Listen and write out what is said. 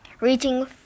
reaching